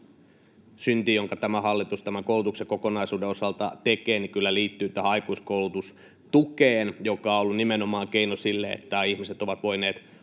synti, jonka tämä hallitus koulutuksen kokonaisuuden osalta tekee, liittyy aikuiskoulutustukeen, joka on ollut nimenomaan keino siihen, että ihmiset ovat voineet